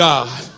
God